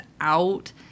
out